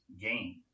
gain